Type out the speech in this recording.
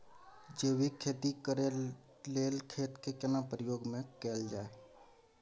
जैविक खेती करेक लैल खेत के केना प्रयोग में कैल जाय?